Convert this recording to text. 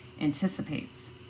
anticipates